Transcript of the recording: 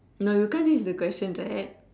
no because this is the question right